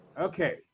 Okay